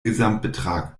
gesamtbetrag